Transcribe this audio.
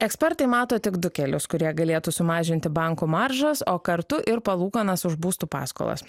ekspertai mato tik du kelius kurie galėtų sumažinti bankų maržas o kartu ir palūkanas už būstų paskolas